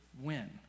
win